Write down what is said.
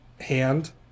hand